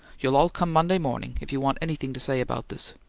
you'll all come monday morning, if you want anything to say about this.